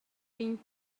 being